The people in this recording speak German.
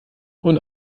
und